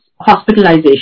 hospitalization